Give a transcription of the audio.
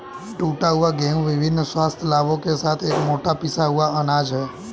टूटा हुआ गेहूं विभिन्न स्वास्थ्य लाभों के साथ एक मोटा पिसा हुआ अनाज है